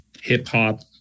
hip-hop